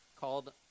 called